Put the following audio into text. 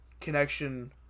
connection